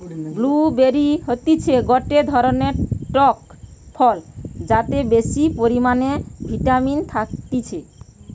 blue বেরি হতিছে গটে ধরণের টক ফল যাতে বেশি পরিমানে ভিটামিন থাকতিছে